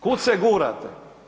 Kud se gurate?